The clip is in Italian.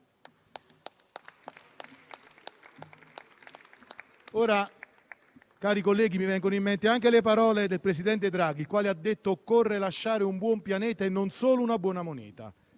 Cari colleghi, mi vengono in mente le parole del presidente Draghi, quando ha detto che occorre lasciare un buon pianeta e non solo una buona moneta.